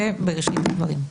זה בראשית הדברים.